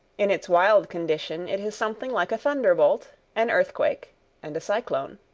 in its wild condition it is something like a thunderbolt, an earthquake and a cyclone.